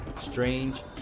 strange